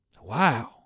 Wow